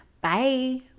Bye